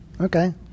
okay